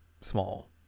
small